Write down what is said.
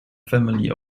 family